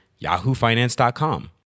yahoofinance.com